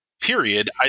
period